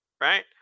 right